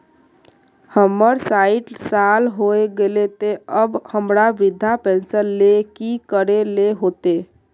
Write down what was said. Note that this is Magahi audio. हमर सायट साल होय गले ते अब हमरा वृद्धा पेंशन ले की करे ले होते?